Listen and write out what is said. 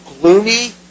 gloomy